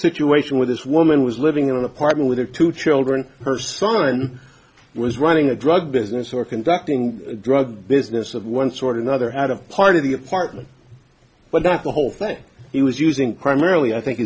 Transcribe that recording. situation where this woman was living in an apartment with her two children her son was running a drug business or conducting drug business of one sort or another had a part of the apartment but not the whole thing he was using primarily i think